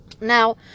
Now